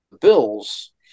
bills